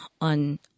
on